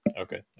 Okay